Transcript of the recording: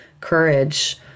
courage